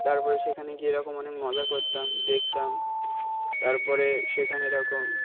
তারপরে সেখানে গিয়ে এরকম অনেক মজা করতাম দেখতাম তারপরে সেখানে এরকম